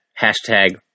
Hashtag